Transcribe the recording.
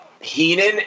Heenan